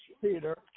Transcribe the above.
Peter